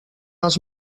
els